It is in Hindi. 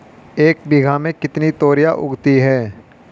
एक बीघा में कितनी तोरियां उगती हैं?